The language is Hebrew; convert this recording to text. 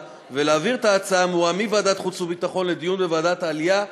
ולהעביר את ההצעה האמורה מוועדת החוץ והביטחון לוועדת העלייה,